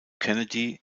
kennedy